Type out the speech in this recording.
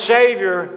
Savior